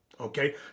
Okay